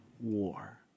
war